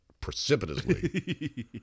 precipitously